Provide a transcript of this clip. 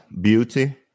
beauty